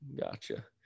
Gotcha